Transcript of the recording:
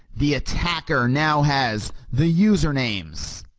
the attacker now has the usernames